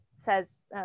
says